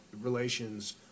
relations